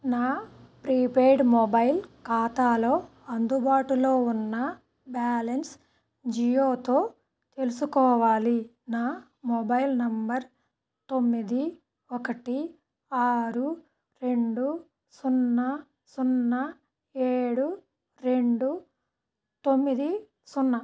నా prepaid mobile ఖాతాలో అందుబాటులో ఉన్న బ్యాలెన్స్ జియోతో తెలుసుకోవాలి నా మొబైల్ నంబర్ తొమ్మిది ఒకటి ఆరు రెండు సున్నా సున్నా ఏడు రెండు తొమ్మిది సున్నా